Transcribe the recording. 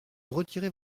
retirer